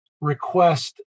request